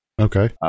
Okay